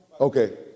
Okay